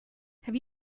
have